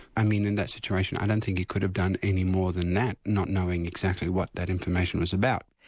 i mean in that situation i don't think he could have done any more than that, not knowing exactly what that information was about.